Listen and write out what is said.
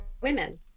women